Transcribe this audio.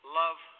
love